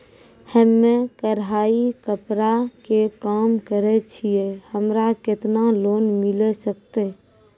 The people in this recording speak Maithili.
हम्मे कढ़ाई कपड़ा के काम करे छियै, हमरा केतना लोन मिले सकते?